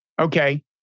Okay